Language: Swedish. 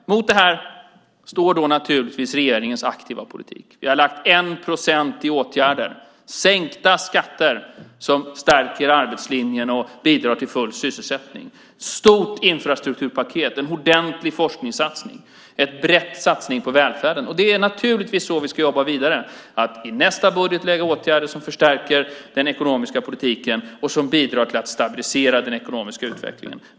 Mot det här står naturligtvis regeringens aktiva politik. Vi har lagt 1 procent i åtgärder - sänkta skatter som stärker arbetslinjen och bidrar till full sysselsättning, ett stort infrastrukturpaket, en ordentlig forskningssatsning, en bred satsning på välfärden. Det är naturligtvis så vi ska jobba vidare och i nästa budget lägga in åtgärder som förstärker den ekonomiska politiken och som bidrar till att stabilisera den ekonomiska utvecklingen.